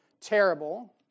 terrible